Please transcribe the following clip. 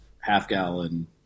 half-gallon